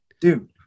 Dude